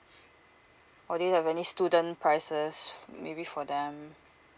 or do you have any student prices f~ maybe for them